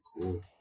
cool